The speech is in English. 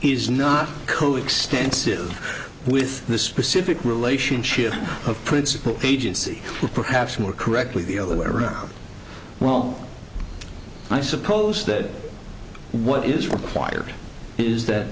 he's not coextensive with the specific relationship of principal agency or perhaps more correctly the other way around well i suppose that what is required is that